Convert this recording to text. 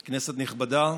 נכבדה,